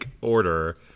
order